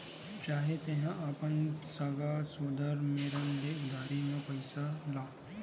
चाहे तेंहा अपन सगा सोदर मेरन ले उधारी म पइसा ला